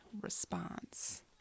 response